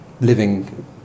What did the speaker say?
living